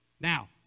Now